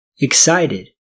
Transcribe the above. Excited